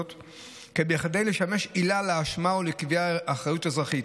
כדי לשמש עילה להאשמה או לקביעת אחריות אזרחית,